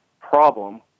problem